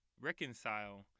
reconcile